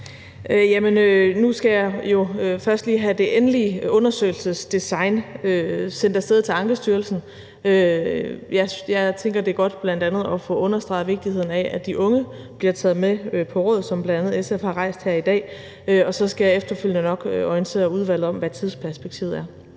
Nu skal jeg jo først lige have det endelige undersøgelsesdesign sendt af sted til Ankestyrelsen. Jeg tænker, at det er godt bl.a. at få understreget vigtigheden af, at de unge bliver taget med på råd, som bl.a. SF har peget på her i dag, og så skal jeg efterfølgende nok orientere udvalget om, hvad tidsperspektivet er.